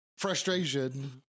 frustration